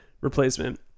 replacement